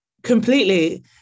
Completely